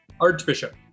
Archbishop